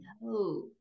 no